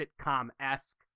sitcom-esque